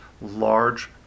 large